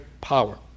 power